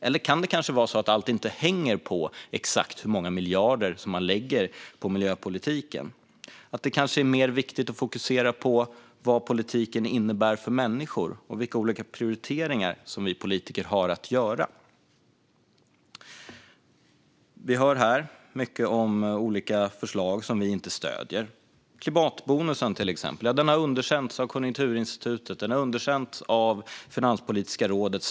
Eller kan det vara så att allt inte hänger på exakt hur många miljarder som man lägger på miljöpolitiken? Det är kanske mer viktigt att fokusera på vad politiken innebär för människor och vilka olika prioriteringar som vi politiker har att göra. Vi hör här mycket om olika förslag som vi inte stöder. Klimatbonusen har underkänts av Konjunkturinstitutet, och den har underkänts av Finanspolitiska rådet.